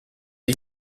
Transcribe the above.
ils